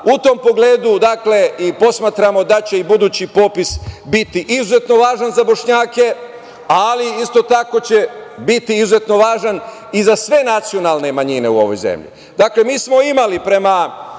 tom pogledu posmatramo da će budući popis biti izuzetno važan za Bošnjake, ali isto tako će biti izuzetno važan i za sve nacionalne manjine u ovoj zemlji. Dakle, mi smo imali prema